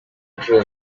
inshuro